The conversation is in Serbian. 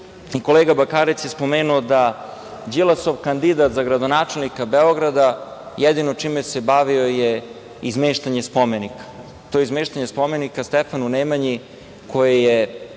Srbije. Kolega Bakarec je spomenuo da Đilasov kandidat za gradonačelnika Beograda, jedino čime se bavio je izmeštanje spomenika i to izmeštanje spomenika Stefanu Nemanji koji je